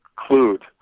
include